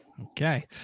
Okay